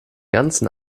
ganzen